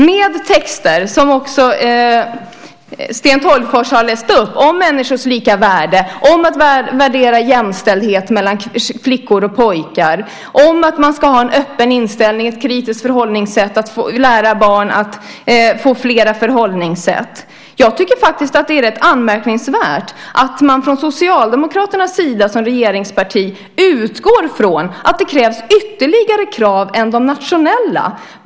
Sten Tolgfors läste upp en del av de skrivningar som finns där - om människors lika värde, om att värdera jämställdhet mellan flickor och pojkar, om att man ska ha en öppen inställning och ett kritiskt förhållningssätt och lära barn att få fler förhållningssätt. Det är ganska anmärkningsvärt att man från Socialdemokraternas, regeringspartiets, sida utgår från att det krävs fler krav än de nationella.